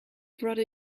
brought